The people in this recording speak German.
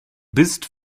bist